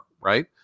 right